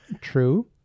True